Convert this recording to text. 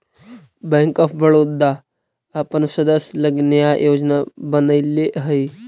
bank of Baroda अपन सदस्य लगी नया योजना बनैले हइ